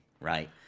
right